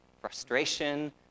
frustration